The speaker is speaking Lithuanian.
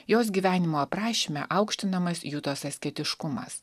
jos gyvenimo aprašyme aukštinamas jutos asketiškumas